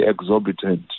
exorbitant